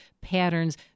patterns